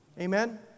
Amen